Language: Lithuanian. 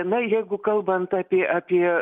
na jeigu kalbant apie apie